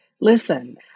Listen